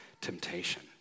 temptation